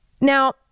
Now